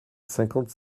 cinquante